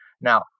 Now